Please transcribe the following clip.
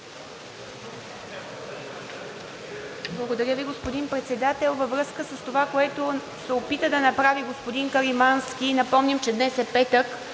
Благодаря Ви, господин Председател. Във връзка с това, което се опита да направи господин Каримански, напомням, че днес е петък